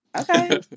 okay